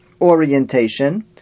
orientation